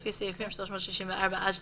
לפי סעיפים 364 עד